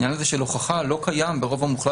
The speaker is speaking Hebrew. העניין הזה של הוכחה לא קיים ברוב המוחלט